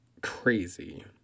crazy